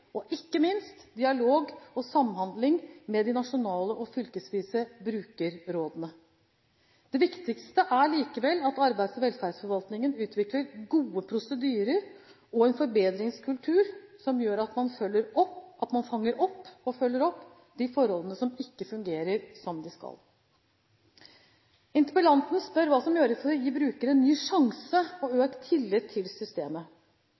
og ikke minst, dialog og samhandling med de nasjonale og fylkesvise brukerrådene. Det viktigste er likevel at arbeids- og velferdsforvaltningen utvikler gode prosedyrer og en forbedringskultur som gjør at man fanger opp og følger opp de forholdene som ikke fungerer som de skal. Interpellanten spør hva som gjøres for å gi brukere en ny sjanse og økt tillit til systemet.